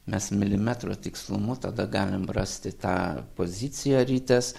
mes milimetro tikslumu tada galim rasti tą poziciją ritės